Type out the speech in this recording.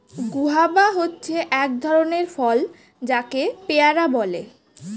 guava হচ্ছে এক ধরণের ফল যাকে পেয়ারা বলে